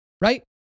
right